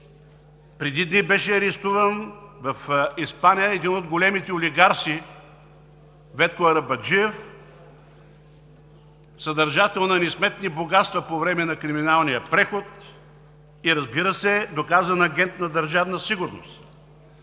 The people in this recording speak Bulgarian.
в Испания беше арестуван един от големите олигарси Ветко Арабаджиев – съдържател на несметни богатства по време на криминалния преход и, разбира се, доказан агент на Държавна сигурност.